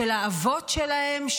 של האבות שלהם,